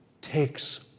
takes